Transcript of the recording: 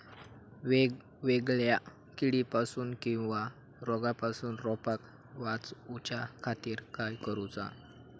वेगवेगल्या किडीपासून किवा रोगापासून रोपाक वाचउच्या खातीर काय करूचा?